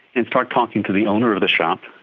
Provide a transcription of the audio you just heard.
and start talking to the owner of the shop,